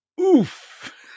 oof